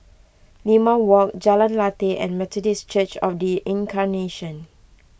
Limau Walk Jalan Lateh and Methodist Church of the Incarnation